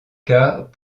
cas